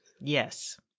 Yes